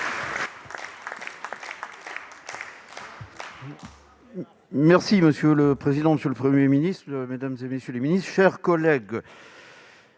Monsieur le président, monsieur le Premier ministre, mesdames, messieurs les ministres, chers collègues,